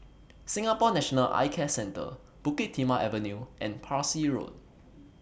Singapore National Eye Care Centre Bukit Timah Avenue and Parsi Road